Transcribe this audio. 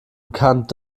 bekannt